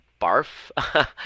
barf